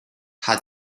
had